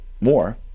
more